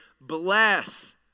bless